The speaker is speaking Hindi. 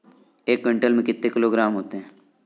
एक क्विंटल में कितने किलोग्राम होते हैं?